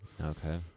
Okay